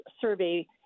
survey